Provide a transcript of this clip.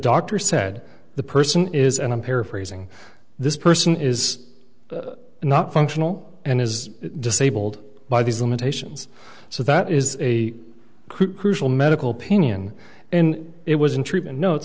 doctor said the person is and i'm paraphrasing this person is not functional and is disabled by these limitations so that is a crucial medical pinion and it was in treatment notes